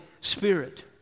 Spirit